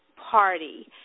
Party